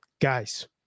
Guys